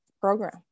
program